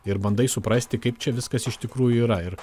ir bandai suprasti kaip čia viskas iš tikrųjų yra ir